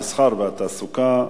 המסחר והתעסוקה,